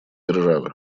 державы